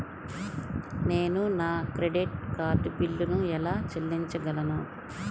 నేను నా credit card బిల్లును ఎలా చెల్లించగలను?